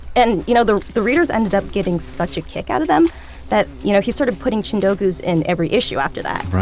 and you know, the the readers ended up getting such a kick out of them that you know, he started putting chindogus in every issue after that. right.